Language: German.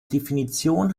definition